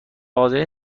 حاضرین